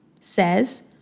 says